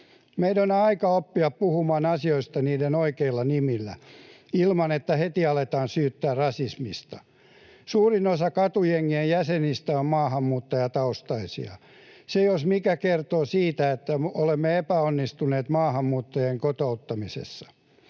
Meidän on aika oppia puhumaan asioista niiden oikeilla nimillä ilman, että heti aletaan syyttää rasismista. Suurin osa katujengien jäsenistä on maahanmuuttajataustaisia. Se jos mikä kertoo siitä, että olemme epäonnistuneet maahanmuuttajien kotouttamisessa.